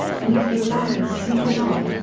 we'd go back and sleep it off,